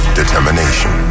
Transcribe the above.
determination